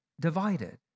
divided